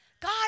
God